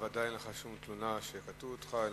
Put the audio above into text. בוודאי אין לך שום תלונה שקטעו אותך,